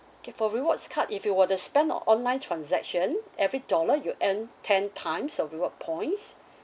okay for rewards card if you were to spend online transaction every dollar you earn ten times of reward points